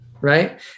right